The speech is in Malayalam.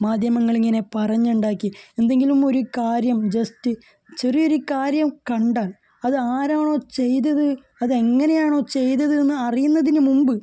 മാധ്യമങ്ങൾ ഇങ്ങനെ പറഞ്ഞുണ്ടാക്കി എന്തെങ്കിലും ഒരു കാര്യം ജസ്റ്റ് ചെറിയൊരു കാര്യം കണ്ടാൽ അത് ആരാണോ ചെയ്തത് അത് എങ്ങനെയാണോ ചെയ്തത് എന്ന് അറിയുന്നതിനു മുമ്പ്